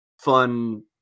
fun